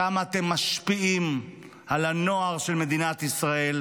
כמה אתם משפיעים על הנוער של מדינת ישראל,